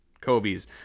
Kobe's